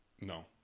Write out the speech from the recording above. No